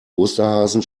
osterhasen